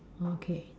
okay